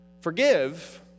Forgive